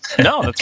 no